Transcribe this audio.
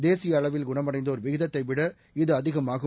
தேசிய அளவில் குணம் அடைந்தோர் விகிதத்தை விட இது அதிகமாகும்